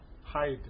hide